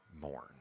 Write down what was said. mourn